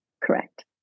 Correct